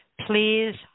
please